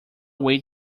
wait